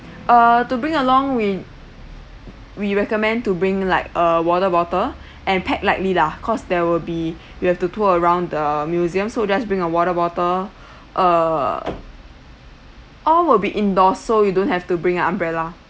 uh to bring along with we recommend to bring like a water bottle and pack lightly lah cause there will be you have to tour around the museum so just bring a water bottle uh all will be indoor so you don't have to bring an umbrella